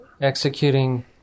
executing